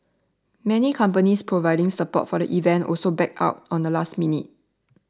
many companies providing support for the event also backed out on the last minute